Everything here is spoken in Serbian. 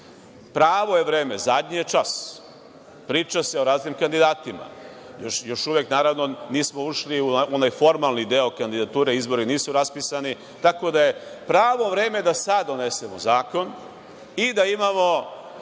je vreme, zadnji je čas, priča se o raznim kandidatima, još uvek, naravno, nismo ušli u onaj formalni deo kandidature, izbori nisu raspisani, tako da je pravo vreme da sada donesemo zakon i da imamo